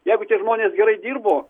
jeigu tie žmonės gerai dirbo